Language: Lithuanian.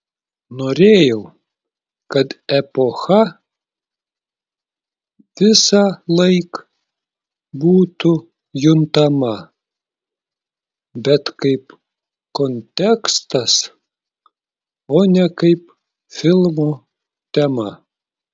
norėjau kad epocha visąlaik būtų juntama bet kaip kontekstas o ne kaip filmo tema